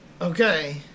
Okay